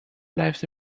blijft